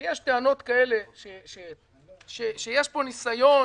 אבל יש טענות כאלה שיש פה ניסיון,